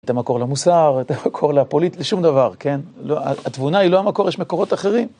את המקור למוסר, את המקור לפוליט... לשום דבר, כן? התבונה היא לא המקור, יש מקורות אחרים.